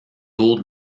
tour